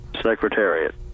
Secretariat